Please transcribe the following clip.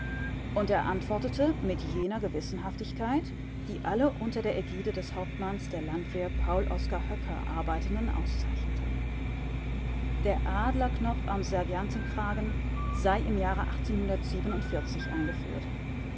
und er antwortete mit jener gewissenhaftigkeit die alle unter der ägide des hauptmanns der landwehr paul oskar hoecker arbeitenden auszeichnete der adlerknopf am sergeantenkragen sei im jahre eingeführt